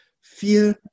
Fear